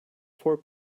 four